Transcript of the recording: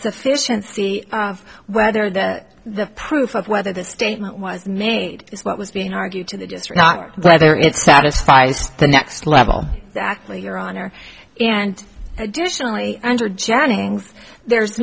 sufficiency of whether the the proof of whether the statement was made is what was being argued to the letter it satisfies the next level actually your honor and additionally under jennings there's